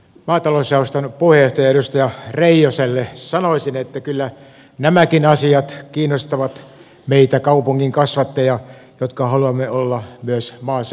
maatalousjaoston puheenjohtaja edustaja reijoselle sanoisin että kyllä nämäkin asiat kiinnostavat meitä kaupungin kasvatteja jotka haluamme olla myös maaseudun asialla